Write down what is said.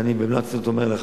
ואני במלוא הצניעות אומר לך,